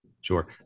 sure